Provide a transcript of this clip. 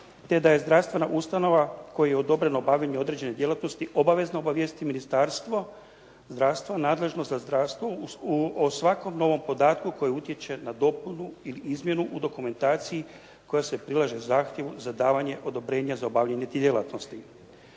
te da je zdravstvena ustanova kojoj je odobreno obavljanje određene djelatnosti obavezna obavijestiti Ministarstvo zdravstva nadležno za zdravstvo o svakom novom podatku koji utječe na dopunu ili izmjenu u dokumentaciji koja se prilaže zahtjevu za davanje odobrenja za obavljanje djelatnosti.